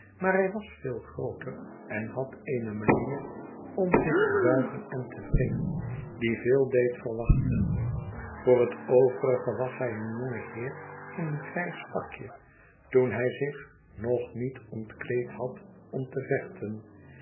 maar hij was veel grooter en had eene manier om zich te buigen en te wringen die veel deed verwachten voor het overige was hij een jonge heer in een grijs pakje toen hij zich nog niet ontkleed had om te vechten